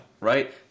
right